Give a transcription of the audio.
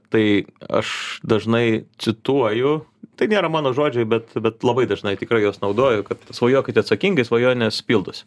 tai aš dažnai cituoju tai nėra mano žodžiai bet bet labai dažnai tikrai juos naudoju kad svajokite atsakingai svajonės pildosi